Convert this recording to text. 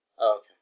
Okay